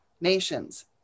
nations